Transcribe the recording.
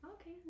Okay